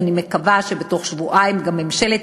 ואני מקווה שבתוך שבועיים גם ממשלת